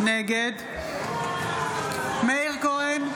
נגד מאיר כהן,